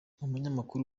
umunyamakuru